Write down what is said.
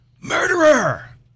Murderer